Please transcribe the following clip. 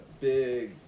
big